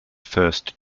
first